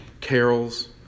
carols